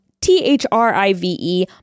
T-H-R-I-V-E